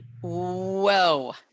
Whoa